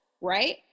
right